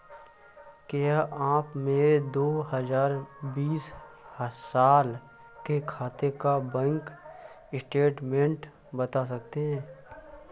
क्या आप मेरे दो हजार बीस साल के खाते का बैंक स्टेटमेंट बता सकते हैं?